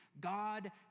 God